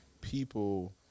people